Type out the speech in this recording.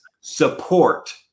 support